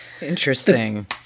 Interesting